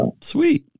Sweet